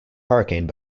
hurricane